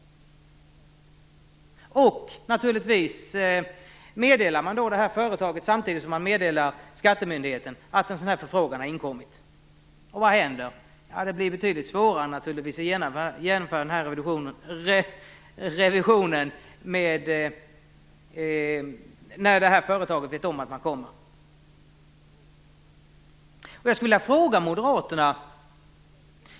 Och naturligtvis meddelar man företaget, samtidigt som man meddelar skattemyndigheten, att en sådan här förfrågan har inkommit. Vad händer då? Ja, det blir naturligtvis betydligt svårare att genomföra den här revisionen när företaget vet att man kommer. Jag skulle vilja rikta mig till Moderaterna.